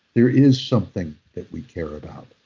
there is something that we care about.